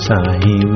Sai